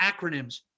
acronyms